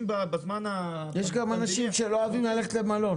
יש לי בקשה אישית כוועדה בעתיד,